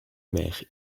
maire